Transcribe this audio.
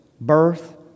birth